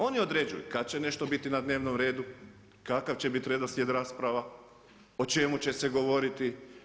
Oni određuju kad će nešto biti na dnevnom redu, kakav će biti redoslijed rasprava, o čemu će se govoriti.